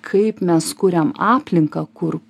kaip mes kuriam aplinką kur